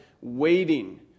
waiting